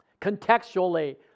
Contextually